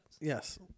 Yes